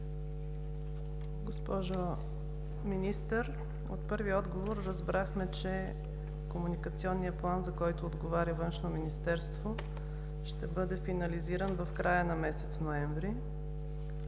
Госпожо Министър, от първия отговор разбрахме, че комуникационният план, за който отговаря Външно министерство, ще бъде финализиран в края на месец ноември,